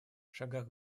шагах